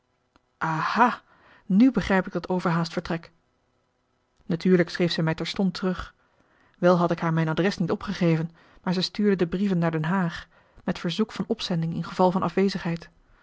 nu begrijp ik dat overhaast vertrek natuurlijk schreef zij mij terstond terug wel had ik haar mijn adres niet opgegeven maar zij stuurde de brieven naar den haag met verzoek van opzending in geval van afwezigheid